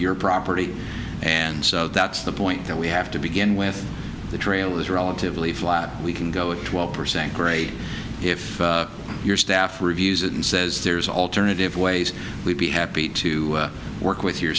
your property and so that's the point that we have to begin with the trail is relatively flat we can go at twelve percent grade if your staff reviews it and says there's alternative ways we'd be happy to work with your